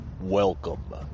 Welcome